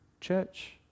church